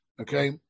Okay